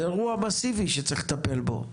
זה אירוע מאסיבי שצריך לטפל בו.